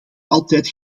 altijd